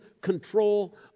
control